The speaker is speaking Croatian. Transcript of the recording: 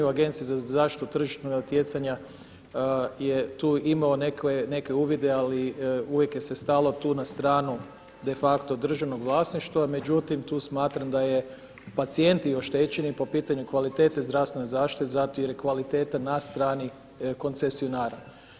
Agencije za zaštitu tržišnog natjecanja je tu imao nekakve uvide ali uvijek je se stalo tu na stranu de facto državnog vlasništva, međutim tu smatram da je pacijenti oštećeni po pitanju kvalitete zdravstvene zaštite zato jer je kvaliteta na strani koncesionara.